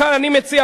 בכלל אני מציע,